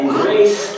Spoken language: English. grace